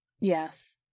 Yes